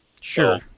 Sure